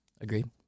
Agreed